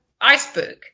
iceberg